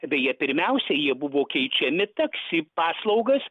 beje pirmiausia jie buvo keičiami taksi paslaugas